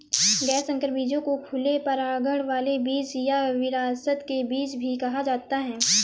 गैर संकर बीजों को खुले परागण वाले बीज या विरासत के बीज भी कहा जाता है